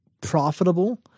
profitable